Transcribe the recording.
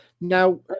Now